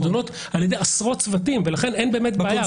הן נדונות על ידי עשרות צוותים ולכן אין באמת בעיה.